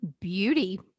beauty